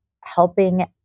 helping